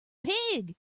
pig